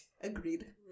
Agreed